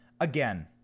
again